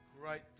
great